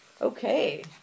Okay